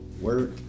work